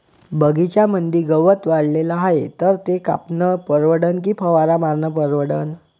बगीच्यामंदी गवत वाढले हाये तर ते कापनं परवडन की फवारा मारनं परवडन?